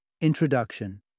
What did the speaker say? Introduction